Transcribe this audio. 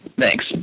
Thanks